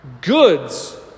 goods